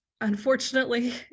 Unfortunately